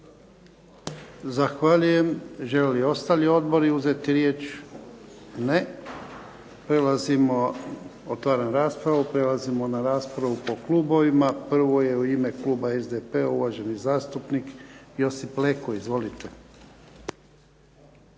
Zahvaljujem. Žele li ostali Odbori uzeti riječ? Ne. Otvaram raspravu. Prelazimo na raspravu po klubovima. Prvo je u ime Kluba SDP-a uvaženi zastupnik Josip Leko. Izvolite.